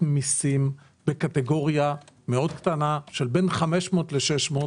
מסים בקטגוריה מאוד קטנה של בין 500 ל-600,